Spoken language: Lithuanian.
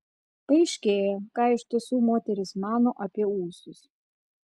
paaiškėjo ką iš tiesų moterys mano apie ūsus